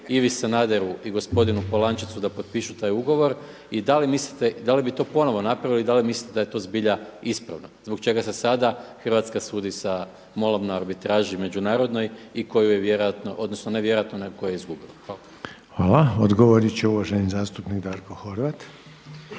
Ivi Sanaderu i gospodinu Polančecu da potpišu taj ugovor? I da li mislite i da li bi to ponovno napravili i da li mislite da da je to zbilja ispravno zbog čega se sada Hrvatska sudi sa MOL-om na arbitraži međunarodnoj i koju je vjerojatno, odnosno ne vjerojatno nego koju je izgubila. Hvala. **Reiner, Željko (HDZ)** Hvala.